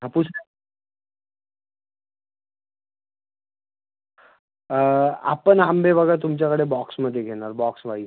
हापूस आपण आंबे बघा तुमच्याकडे बॉक्समध्ये घेणार बॉक्स वाईज